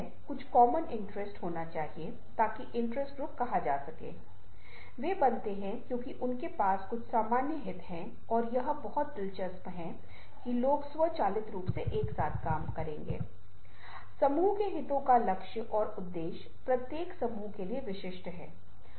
यहाँ अपोलिनेयर की एक कविता है वह एक फ्रांसीसी कवि है जहां उन्होंने कॉलिग्रामम्स नामक प्रयोग शुरू किया जहां आप देखते हैं कि यह सुलेख के साथ साथ कविता का एक संयोजन है